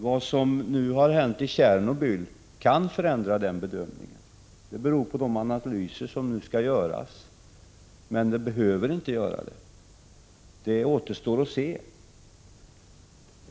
Vad som nu har hänt i Tjernobyl kan förändra den bedömningen — det beror på de analyser som nu skall göras — men det behöver inte göra det. Det återstår att se.